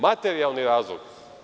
Materijalni razlog.